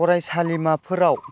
फरायसालिमाफोराव